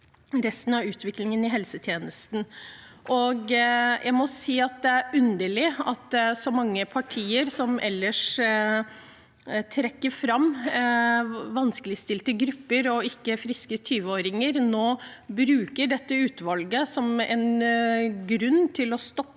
resten av utviklingen i helsetjenesten. Jeg må si det er underlig at så mange partier som ellers trekker fram vanskeligstilte grupper og ikke friske 20-åringer, nå bruker dette utvalget som en grunn til å stoppe